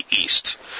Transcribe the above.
east